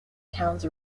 towns